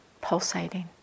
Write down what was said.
pulsating